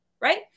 Right